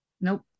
Nope